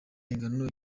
ingano